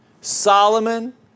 Solomon